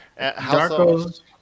Darko's